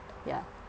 ya